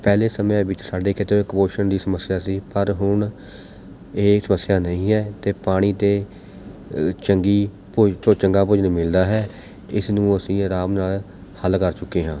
ਪਹਿਲੇ ਸਮਿਆਂ ਵਿੱਚ ਸਾਡੇ ਕਿਤੇ ਕੁਪੋਸ਼ਣ ਦੀ ਸਮੱਸਿਆ ਸੀ ਪਰ ਹੁਣ ਇਹ ਸਮੱਸਿਆ ਨਹੀਂ ਹੈ ਅਤੇ ਪਾਣੀ ਅਤੇ ਚੰਗੀ ਭੋ ਤੋਂ ਚੰਗਾ ਭੋਜਨ ਮਿਲਦਾ ਹੈ ਇਸ ਨੂੰ ਅਸੀਂ ਆਰਾਮ ਨਾਲ਼ ਹੱਲ ਕਰ ਚੁੱਕੇ ਹਾਂ